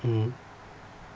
mmhmm